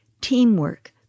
Teamwork